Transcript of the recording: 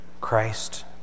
Christ